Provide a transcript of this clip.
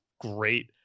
great